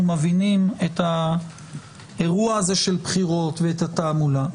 מבינים את האירוע הזה של בחירות ואת התעמולה.